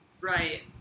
Right